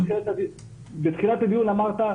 בתחילת הדיון אמרת,